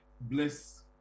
bless